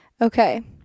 okay